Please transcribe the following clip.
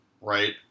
right